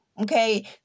okay